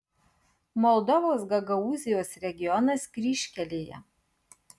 moldovos gagaūzijos regionas kryžkelėje